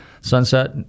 sunset